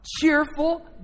Cheerful